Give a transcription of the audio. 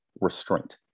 restraint